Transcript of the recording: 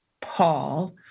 Paul